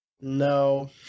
No